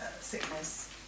sickness